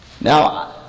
Now